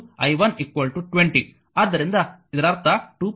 ಆದ್ದರಿಂದ ಇದರ ಅರ್ಥ 2